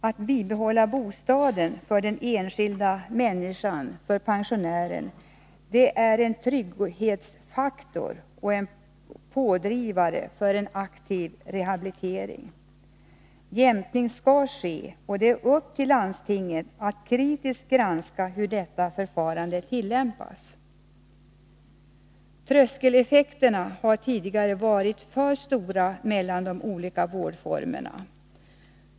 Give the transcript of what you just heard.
Att kunna behålla bostaden är för den enskilda människan och för pensionären en trygghetsfaktor och en pådrivare för en aktiv rehabilitering. Det skall alltså ske en jämkning, och det är upp till landstingen att kritiskt granska hur den tillämpas. Tröskeleffekterna har tidigare varit för stora mellan de olika vårdformerna.